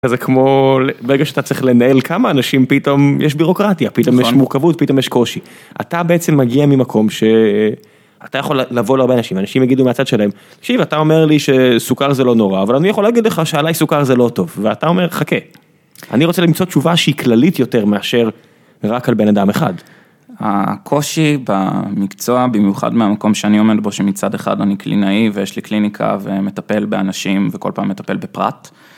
זה כמו, ברגע שאתה צריך לנהל כמה אנשים, פתאום יש ביורוקרטיה, פתאום יש מורכבות, פתאום יש קושי. אתה בעצם מגיע ממקום שאתה יכול לבוא להרבה אנשים, אנשים יגידו מהצד שלהם, תקשיב, אתה אומר לי שסוכר זה לא נורא, אבל אני יכול להגיד לך שעליי סוכר זה לא טוב, ואתה אומר, חכה. אני רוצה למצוא תשובה שהיא כללית יותר מאשר רק על בן אדם אחד. הקושי במקצוע, במיוחד מהמקום שאני עומד בו, שמצד אחד אני קלינאי ויש לי קליניקה ומטפל באנשים וכל פעם מטפל בפרט.